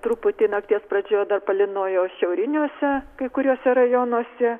truputį nakties pradžioje dar palynojo šiauriniuose kai kuriuose rajonuose